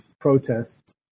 protests